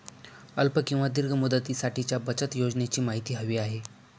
अल्प किंवा दीर्घ मुदतीसाठीच्या बचत योजनेची माहिती हवी आहे